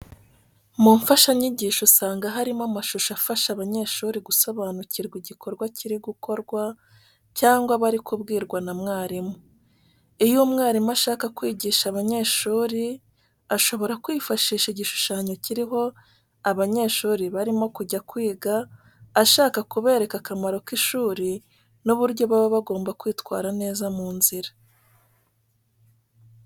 Mu mfashanyigisho usanga harimo amashusho afasha abanyeshuri gusobanukirwa igikorwa kiri gukorwa cyangwa bari kubwirwa na mwarimu. Iyo umwarimu ashaka kwigisha abanyeshuri, ashobora kwifashisha igishushanyo kiriho abanyeshuri barimo kujya kwiga ashaka, kubereka akamaro k'ishuri n'uburyo baba bagomba kwitwara neza mu nzira.